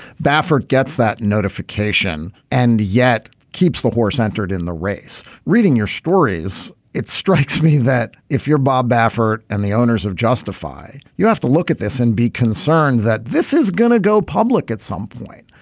baffert gets that notification and yet keeps the horse entered in the race. reading your stories it strikes me that if you're bob baffert and the owners of justify you have to look at this and be concerned that this is going to go public at some point.